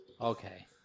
Okay